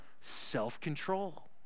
Self-control